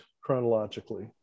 chronologically